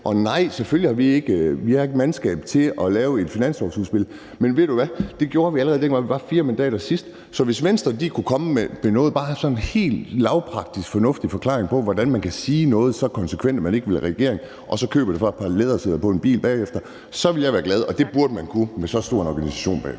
og nej, selvfølgelig har vi ikke mandskab til at lave et finanslovsudspil. Men ved du hvad, det gjorde vi, allerede dengang vi var 4 mandater sidst. Så hvis Venstre bare kunne komme med sådan en helt lavpraktisk fornuftig forklaring på, hvordan man kan sige noget så konsekvent, at man ikke vil i regering, og man så køber det for et par lædersæder i en bil bagefter, så vil jeg være glad, og det burde man kunne med så stor en organisation bag ved